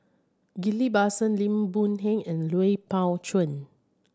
Ghillie Basan Lim Boon Heng and Lui Pao Chuen